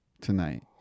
tonight